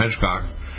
Hedgecock